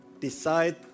decide